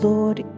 Lord